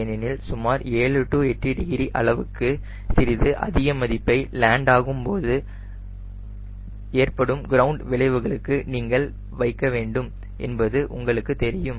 ஏனெனில் சுமார் 7 8 டிகிரி அளவுக்கு சிறிது அதிக மதிப்பை லேண்ட் ஆகும்போது ஏற்படும் கிரவுண்ட் விளைவுகளுக்கு நீங்கள் வைக்க வேண்டும் என்பது உங்களுக்கு தெரியும்